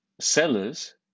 sellers